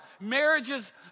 marriages